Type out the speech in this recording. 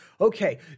Okay